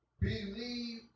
Believe